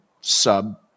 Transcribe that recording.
sub